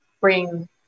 bring